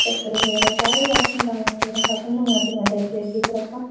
ਸ਼ੱਕਰ ਵਗੈਰਾ ਸਾਰੇ ਰਾਸ਼ਨ ਦਾਲਾਂ ਵਗੈਰਾ ਖ਼ਤਮ ਹੋਈਆ ਪਈਆਂ ਲੈ ਕੇ ਆਈਏ ਫਿਰ ਆਪਾਂ